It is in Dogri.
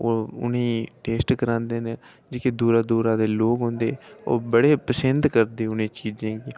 ओह् उ'नें ई टेस्ट करांदे न जेह्के दूरा दूरा लोक आंदे ओह् बड़े पसंद करदे उ'नें चीज़ें गी